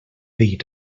dir